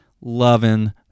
Loving